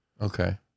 Okay